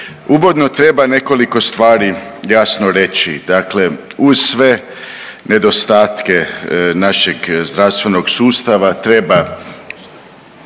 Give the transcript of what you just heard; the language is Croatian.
uvodno treba nekoliko stvari jasno reći. Dakle, uz sve nedostatke našeg zdravstvenog sustava treba